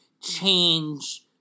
change